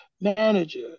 manager